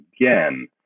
again